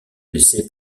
laissé